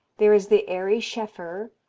there is the ary scheffer,